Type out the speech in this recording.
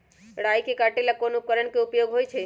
राई के काटे ला कोंन उपकरण के उपयोग होइ छई?